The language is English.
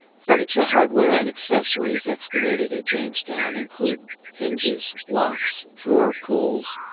furniture hardware and accessories excavated at jamestown include hinges, locks, drawer pulls,